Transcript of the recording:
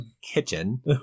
kitchen